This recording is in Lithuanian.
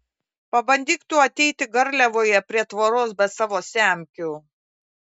pabandyk tu ateiti garliavoje prie tvoros be savo semkių